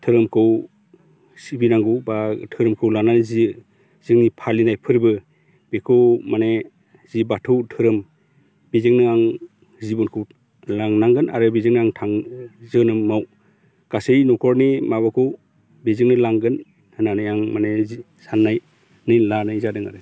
धोरोमखौ सिबिनांगौ बा धोरोमखौ लानानै जि जोंनि फालिनाय फोरबो बेखौ माने जि बाथौ धोरोम बेजोंनो आं जिबनखौ लांनांगोन आरो बिजोंनो आं जोनोमाव गासै न'खरनि माबाखौ बेजोंनो लांगोन होननानै आं माने जे साननानै लानाय जादों आरो